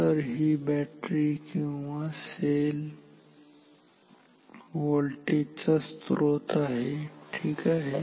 तर ही बॅटरी किंवा सेल व्होल्टेज स्त्रोत आहे ठीक आहे